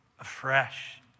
afresh